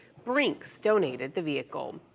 brinks donated the vehicle.